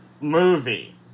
movie